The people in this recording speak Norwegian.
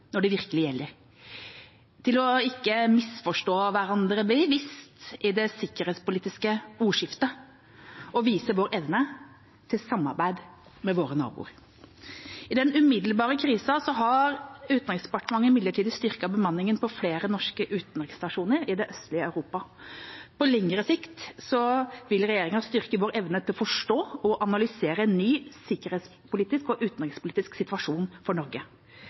når det virkelig gjelder, til ikke å misforstå hverandre bevisst i det sikkerhetspolitiske ordskiftet og vise vår evne til samarbeid med våre naboer. I den umiddelbare krisen har Utenriksdepartementet midlertidig styrket bemanningen på flere norske utenriksstasjoner i det østlige Europa. På lengre sikt vil regjeringa styrke vår evne til å forstå og analysere en ny sikkerhets- og utenrikspolitisk situasjon for Norge.